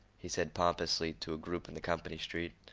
he said pompously to a group in the company street.